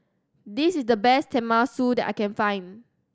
this is the best Tenmusu that I can find